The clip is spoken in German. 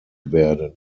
werden